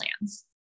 plans